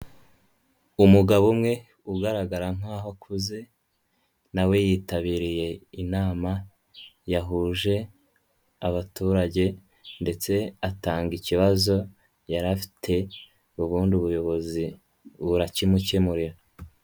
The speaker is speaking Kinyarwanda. Umugabo umwe ugaragara nk'aho akuze na we yitabiriye inama yahuje abaturage ndetse atanga ikibazo yari afite ubundi ubuyobozi burakimukemurira.